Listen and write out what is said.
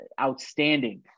outstanding